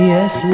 Yes